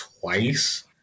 twice